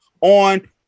on